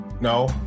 No